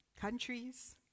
countries